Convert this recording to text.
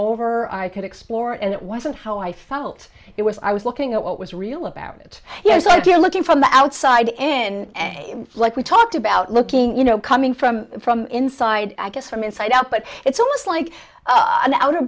over i could explore and it wasn't how i felt it was i was looking at what was real about it yes if you're looking from the outside in like we talked about looking you know coming from from inside i guess from inside out but it's almost like an out